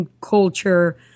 culture